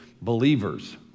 believers